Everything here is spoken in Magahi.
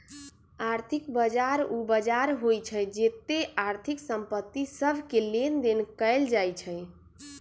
आर्थिक बजार उ बजार होइ छइ जेत्ते आर्थिक संपत्ति सभके लेनदेन कएल जाइ छइ